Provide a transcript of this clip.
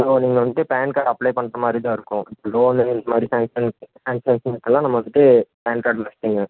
இப்போ நீங்கள் வந்துட்டு பேன் கார்டு அப்ளை பண்றமாதிரி தான் இருக்கும் இப்போ லோனு இந்தமாதிரி சேங்க்ஷன் சேங்க்ஷனுக்கெல்லாம் நம்ம வந்துட்டு பேன் கார்டு மஸ்ட்டுங்க